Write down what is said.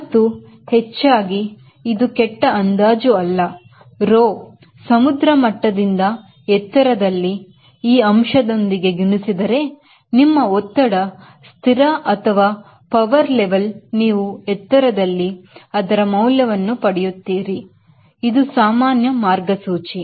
ಮತ್ತು ಹೆಚ್ಚಾಗಿ ಇದು ಕೆಟ್ಟ ಅಂದಾಜು ಅಲ್ಲ rho ಸಮುದ್ರ ಮಟ್ಟದಿಂದ ಎತ್ತರದಲ್ಲಿ ನಾನು ಈ ಅಂಶದೊಂದಿಗೆ ಗುಣಿಸಿದರೆ ನಿಮ್ಮ ಒತ್ತಡದ ಸ್ಥಿರ ಅಥವಾ ವಿದ್ಯುತ್ level ನೀವು ಎತ್ತರದಲ್ಲಿ ಅದರ ಮೌಲ್ಯವನ್ನು ಪಡೆಯುತ್ತಿರೀ ಸಾಮಾನ್ಯ ಮಾರ್ಗಸೂಚಿ